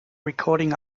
recording